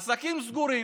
עסקים סגורים,